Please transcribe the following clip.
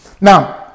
now